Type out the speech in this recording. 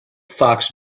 fox